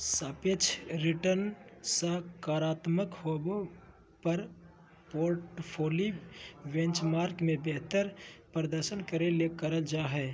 सापेक्ष रिटर्नसकारात्मक होबो पर पोर्टफोली बेंचमार्क से बेहतर प्रदर्शन करे ले करल जा हइ